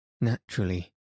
Naturally